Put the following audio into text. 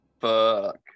fuck